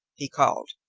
he called,